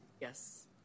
Yes